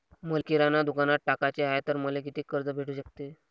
मले किराणा दुकानात टाकाचे हाय तर मले कितीक कर्ज भेटू सकते?